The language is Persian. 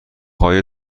های